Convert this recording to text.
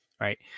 right